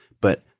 but-